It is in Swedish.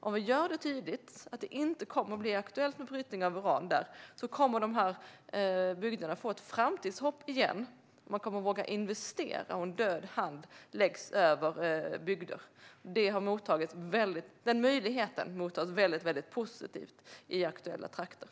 Om vi gör det tydligt att det inte kommer att bli aktuellt med brytning av uran där kommer dessa bygder att få framtidshopp igen. Man kommer att våga investera igen när en död hand inte längre ligger över bygder. Den möjligheten mottas väldigt positivt i de aktuella trakterna.